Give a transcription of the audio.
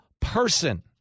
person